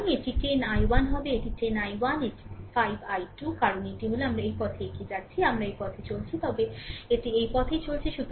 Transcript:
সুতরাং এটি 10 i 1 হবে এটি 10 i 1 এটি 5 i 2 কারণ এটি হল আমরা এই পথে এগিয়ে যাচ্ছি আমরা এই পথে চলছি তবে এটি এই পথে চলছে